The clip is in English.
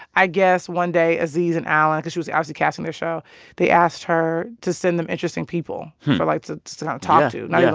i guess, one day aziz and alan because she was obviously casting their show they asked her to send them interesting people for, like to um talk to, not yeah